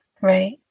Right